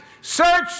Search